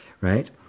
right